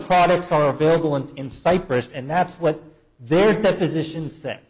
products are available and in cyprus and that's what their position